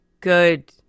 good